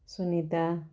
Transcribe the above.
Sunita